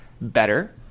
better